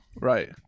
Right